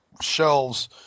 shelves